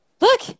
Look